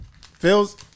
Phil's